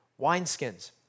wineskins